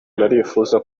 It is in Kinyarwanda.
arifuza